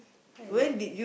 what is that